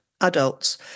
adults